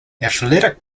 athletic